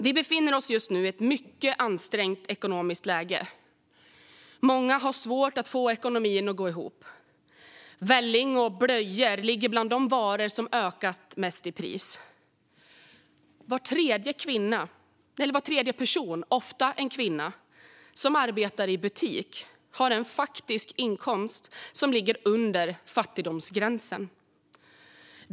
Vi befinner oss just nu i ett mycket ansträngt ekonomiskt läge. Många har svårt att få ekonomin att gå ihop. Välling och blöjor finns bland de varor som ökat mest i pris. Var tredje person, ofta en kvinna, som arbetar i butik har en faktisk inkomst som ligger under fattigdomsgränsen.